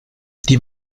die